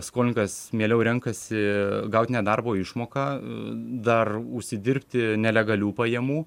skolininkas mieliau renkasi gaut nedarbo išmoką dar užsidirbti nelegalių pajamų